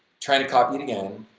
trying to copy it again,